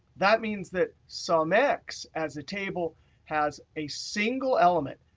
that means that sumx, as the table has a single element,